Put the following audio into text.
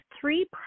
three